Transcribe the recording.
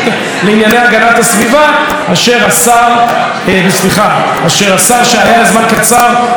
הסביבה כאשר השר שהיה לזמן קצר השר להגנת הסביבה,